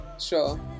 Sure